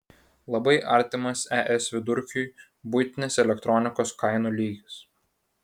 labai artimas es vidurkiui buitinės elektronikos kainų lygis